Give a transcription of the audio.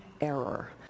error